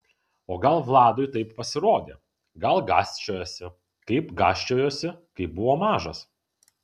o gal vladui taip pasirodė gal gąsčiojasi kaip gąsčiojosi kai buvo mažas